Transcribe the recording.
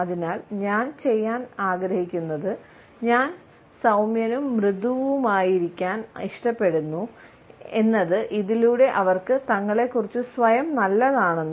അതിനാൽ ഞാൻ ചെയ്യാൻ ആഗ്രഹിക്കുന്നത് ഞാൻ സൌമ്യനും മൃദുവുമായിരിക്കാൻ ഇഷ്ടപ്പെടുന്നു ഇതിലൂടെ അവർക്ക് തങ്ങളെക്കുറിച്ച് സ്വയം നല്ലതാണെന്ന് തോന്നും